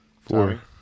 Four